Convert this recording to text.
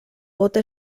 gota